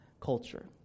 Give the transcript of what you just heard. culture